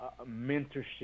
mentorship